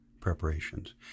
preparations